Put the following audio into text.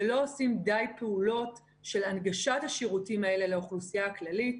שלא עושים די פעולות של הנגשת השירותים האלה לאוכלוסייה הכללית.